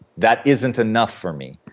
that isn't enough for me.